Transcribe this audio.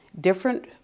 different